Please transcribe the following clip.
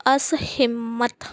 ਅਸਹਿਮਤ